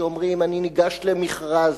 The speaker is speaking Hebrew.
שאומרים: אני ניגש למכרז,